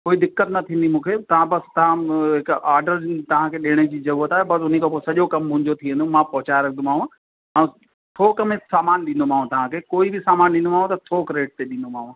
कोई दिक़त न थींदी मूंखे तव्हां बसि तव्हां हिकु आडर तव्हांखे ॾियण जी ज़रूरत आहे बसि हुन खां पोइ सॼो मुंहिंजो थी वेंदो मां पहुचाए रखंदोमांव ऐं थोक में सामानु ॾींदोमांव तव्हांखे कोई बि सामानु ॾींदोमांव त थोक रेट ते ॾींदोमांव